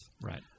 Right